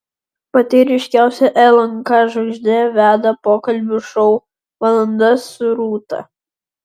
pati ryškiausia lnk žvaigždė veda pokalbių šou valanda su rūta